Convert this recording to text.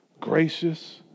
gracious